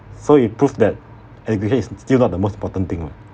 so you prove that education is still not the most important thing [what]